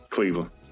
Cleveland